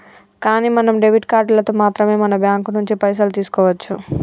కానీ మనం డెబిట్ కార్డులతో మాత్రమే మన బ్యాంకు నుంచి పైసలు తీసుకోవచ్చు